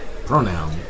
Pronoun